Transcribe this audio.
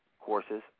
courses